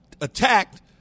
attacked